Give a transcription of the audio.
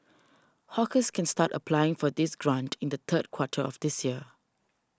hawkers can start applying for this grant in the third quarter of this year